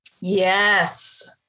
Yes